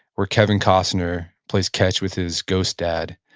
where kevin costner plays catch with his ghost dad.